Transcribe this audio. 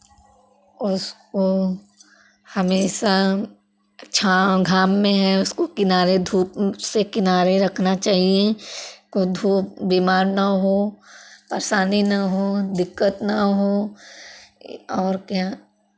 उसको हमेशा छांव घाम में है उसको किनारे धूप से किनारे रखना चाहिए कोई धूप बिमार ना हो परेशानी ना हो दिक्कत ना हो और क्या